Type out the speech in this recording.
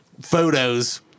photos